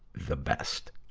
the best!